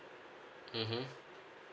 mmhmm